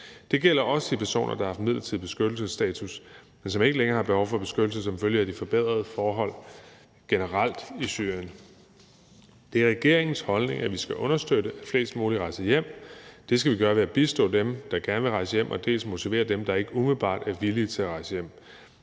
Det gælder også de personer, der har haft midlertidig beskyttelsesstatus, men som ikke længere har behov for beskyttelse som følge af de forbedrede forhold generelt i Syrien. Det er regeringens holdning, at vi skal understøtte, at flest muligt rejser hjem. Det skal vi gøre ved at bistå dem, der gerne vil rejse hjem, og ved at motivere dem, der ikke umiddelbart er villige til at rejse hjem.